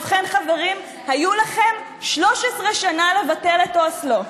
ובכן, חברים, היו לכם 13 שנה לבטל את אוסלו.